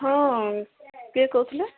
ହଁ କିଏ କହୁଥିଲେ